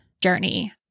journey